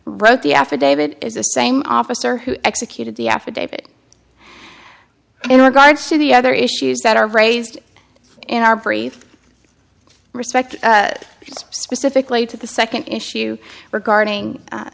wrote the affidavit is the same officer who executed the affidavit in regards to the other issues that are raised in our brief respect specifically to the second issue regarding